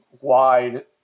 wide